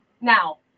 Now